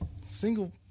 single